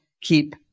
keep